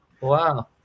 Wow